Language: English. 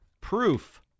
proof